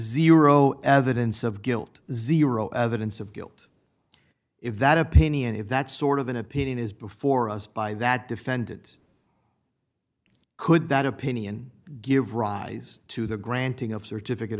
zero evidence of guilt zero evidence of guilt if that opinion if that sort of an opinion is before us by that defendant could that opinion give rise to the granting of certificate